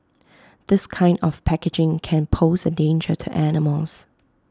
this kind of packaging can pose A danger to animals